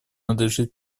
надлежит